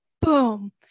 boom